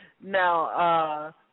Now